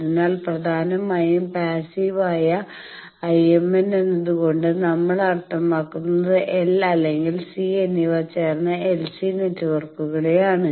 അതിനാൽ പ്രധാനമായും പാസ്സീവായ IMN എന്നതുകൊണ്ട് നമ്മൾ അർത്ഥമാക്കുന്നത് L അല്ലെങ്കിൽ C എന്നിവ ചേർന്ന LC നെറ്റ്വർക്കുകളെയാണ്